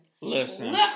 Listen